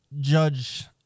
judge